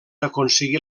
aconseguir